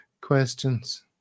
questions